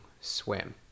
swim